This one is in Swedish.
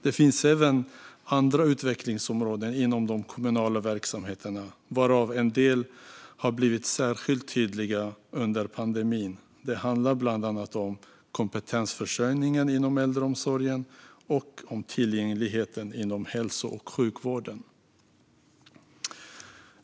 Det finns även andra utvecklingsområden inom de kommunala verksamheterna, varav en del har blivit särskilt tydliga under pandemin. Det handlar bland annat om kompetensförsörjningen inom äldreomsorgen och om tillgängligheten inom hälso och sjukvården.